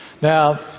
Now